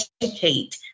educate